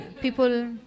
people